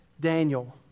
Daniel